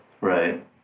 Right